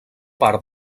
part